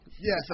Yes